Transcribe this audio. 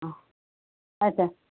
ಹಾಂ ಅಚ್ಚ